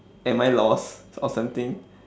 am I lost or something